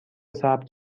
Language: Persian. ثبت